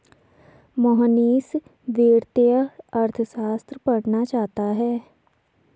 मोहनीश वित्तीय अर्थशास्त्र पढ़ना चाहता है